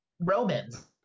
Romans